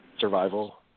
survival